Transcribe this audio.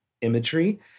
imagery